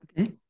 Okay